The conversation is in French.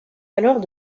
alors